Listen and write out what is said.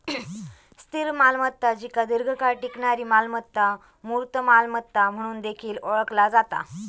स्थिर मालमत्ता जिका दीर्घकाळ टिकणारी मालमत्ता, मूर्त मालमत्ता म्हणून देखील ओळखला जाता